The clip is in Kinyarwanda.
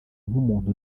nk’umuntu